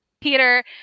Peter